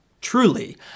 Truly